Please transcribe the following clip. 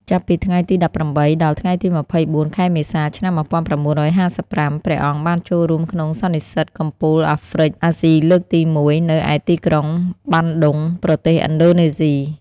ចាប់ពីថ្ងៃទី១៨ ដល់ថ្ងៃទី២៤ ខែមេសា ឆ្នាំ១៩៥៥ ព្រះអង្គបានចូលរួមក្នុងសន្និសីទកំពូលអាហ្វ្រិក-អាស៊ីលើកទី១ នៅឯទីក្រុង បាន់ឌុង ប្រទេសឥណ្ឌូនេស៊ី។